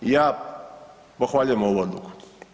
Ja pohvaljujem ovu odluku.